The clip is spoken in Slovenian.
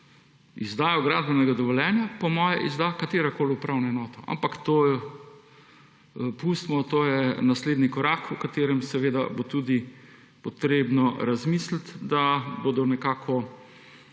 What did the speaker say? izdajo gradbenega dovoljenja, po moje, izda katerakoli upravna enota, ampak to je, pustimo, to je naslednji korak, o katerem seveda bo tudi potrebno razmisliti, da bodo nekako